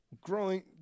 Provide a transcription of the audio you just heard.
Growing